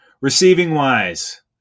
Receiving-wise